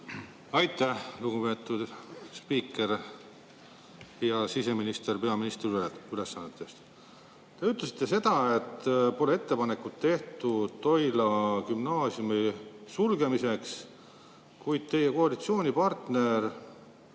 Aitäh, lugupeetud spiiker! Siseminister peaministri ülesannetes! Te ütlesite seda, et pole ettepanekut tehtud Toila Gümnaasiumi sulgemiseks, kuid teie koalitsioonipartner